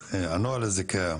למה הנוהל הזה קיים?